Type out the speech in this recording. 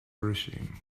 regime